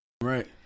Right